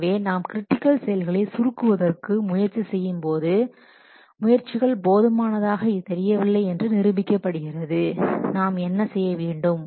எனவே நாம் கிரிட்டிக்கல் செயல்களை சுருக்குவதற்கு முயற்சி செய்யும்போது முயற்சிகள் போதுமானதாக தெரியவில்லை என்று நிரூபிக்கப்படுகிறது நாம் என்ன செய்ய வேண்டும்